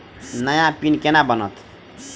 नया पिन केना बनत?